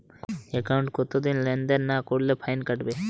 একাউন্টে কতদিন লেনদেন না করলে ফাইন কাটবে?